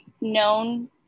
known